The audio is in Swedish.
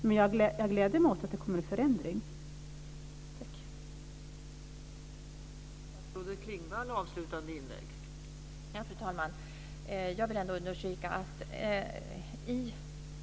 Men jag gläder mig åt att det kommer att ske en förändring.